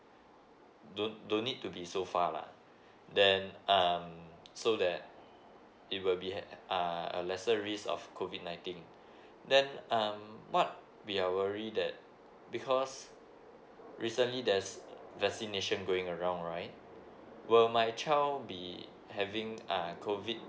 don't don't need to be so far lah then um so that it will be ah~ uh a lesser risk of COVID nineteen then um what we are worry that because recently there's vaccination going around right will my child be having uh COVID